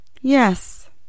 Yes